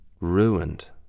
ruined